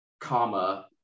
comma